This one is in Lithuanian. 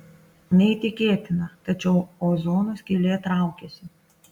neįtikėtina tačiau ozono skylė traukiasi